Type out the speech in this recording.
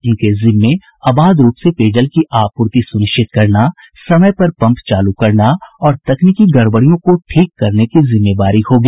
इनके जिम्मे अबाध रूप से पेयजल की आपूर्ति सुनिश्चित करना समय पर पम्प चालू करना और तकनीकी गड़बड़ियों को ठीक करने की जिम्मेवारी होगी